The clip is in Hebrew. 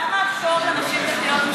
למה הפטור לנשים דתיות,